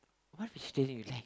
what vegetarian is that